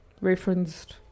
referenced